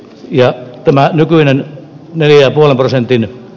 ja tämä nykyinen neljän prosentin